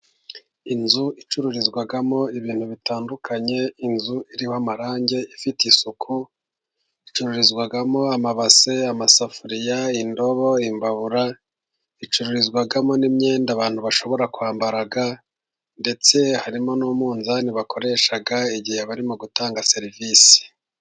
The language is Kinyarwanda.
Inzu icururizwamo ibintu bitandukanye, inzu iriho amarangi, ifite isuku, icururizwamo amabase, amasafuriya, indobo, imbabura, icuririzwamo n'imyenda abantu bashobora kwambara, ndetse harimo n'umunzani bakoresha igihe barimo gutanga serivisi.